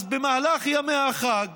אז במהלך ימי החג